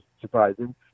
surprising